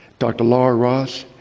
dr. laura ross,